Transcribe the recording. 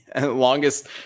Longest